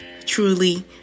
truly